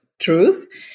truth